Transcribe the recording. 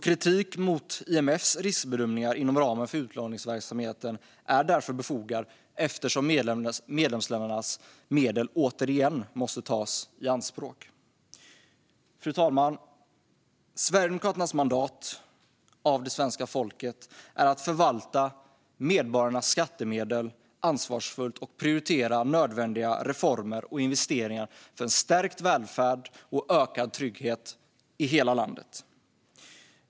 Kritik mot IMF:s riskbedömningar inom ramen för utlåningsverksamheten är därför befogad, eftersom medlemsländernas medel återigen måste tas i anspråk. Fru talman! Sverigedemokraternas mandat av det svenska folket är att förvalta medborgarnas skattemedel ansvarsfullt och att prioritera nödvändiga reformer och investeringar för en stärkt välfärd och ökad trygghet i hela landet.